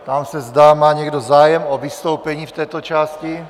Ptám se, zda má někdo zájem o vystoupení v této části.